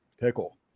pickle